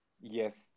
Yes